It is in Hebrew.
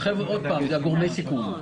עוד פעם, זה גורמי הסיכון.